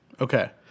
okay